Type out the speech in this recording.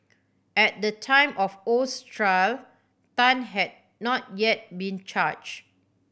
at the time of Oh's trial Tan had not yet been charge